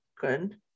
Good